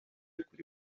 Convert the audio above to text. kuri